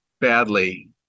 badly